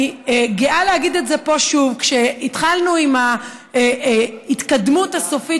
ואני גאה להגיד את זה פה שוב: כשהתחלנו עם ההתקדמות הסופית